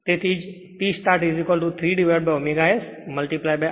તેથી જ T start3ω S I start 2 r2 થશે